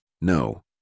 No